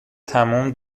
تموم